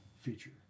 feature